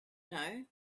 know